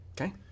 Okay